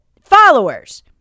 followers